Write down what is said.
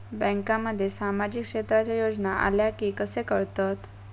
बँकांमध्ये सामाजिक क्षेत्रांच्या योजना आल्या की कसे कळतत?